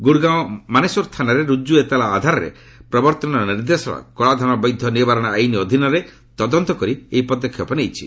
ଗୁଡ଼ଗାଁର ମାନେଶ୍ୱର ଥାନାରେ ରୁଜୁ ଏତଲା ଆଧାରରେ ପ୍ରବର୍ତ୍ତନ ନିର୍ଦ୍ଦେଶାଳୟ କଳାଧନ ବୈଧ ନିବାରଣ ଆଇନ୍ ଅଧୀନରେ ତଦନ୍ତ କରି ଏହି ପଦକ୍ଷେପ ନେଇଛି